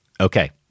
Okay